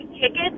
tickets